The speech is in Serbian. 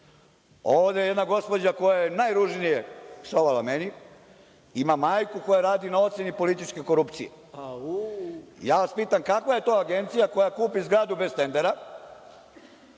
Ovde jedna gospođa koja je najružnije psovala meni ima majku koja radi na oceni političke korupcije. Pitam vas – kakva je to Agencija koja kupi zgradu bez tendera